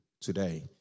today